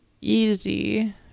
easy